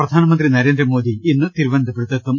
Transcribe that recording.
പ്രധാനമന്ത്രി നരേന്ദ്രമോദി ഇന്ന് തിരുവനന്തപുരത്തെത്തും